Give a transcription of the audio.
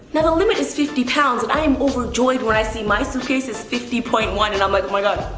now the limit is fifty pounds and i am overjoyed when i see my suitcase is fifty point one and i'm like, my god,